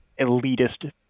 elitist